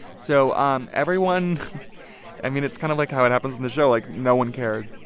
so um everyone i mean, it's kind of like how it happens in the show. like, no one cared.